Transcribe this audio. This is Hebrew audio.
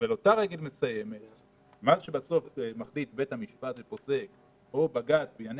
מה שמחליט בסופו של דבר בית המשפט או בג"ץ בענייני